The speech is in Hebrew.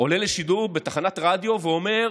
עולה לשידור בתחנת רדיו ואומר